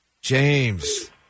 James